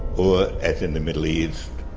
or as in the middle east.